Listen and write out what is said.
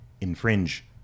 infringe